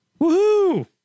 Woohoo